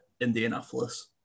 Indianapolis